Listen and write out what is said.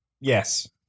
Yes